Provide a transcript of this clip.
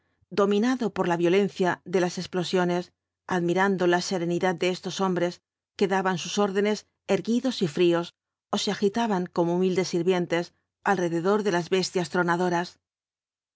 dominado por la violencia de las explosiones admirando la serenidad de estos hombres que daban sus órdenes erguidos y fríos ó se agitaban como humildes sirvientes alrededor de las bestias tronadoras